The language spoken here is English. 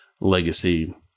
legacy